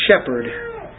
shepherd